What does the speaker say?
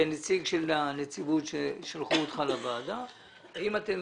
האם אתם